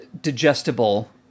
digestible